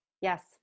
yes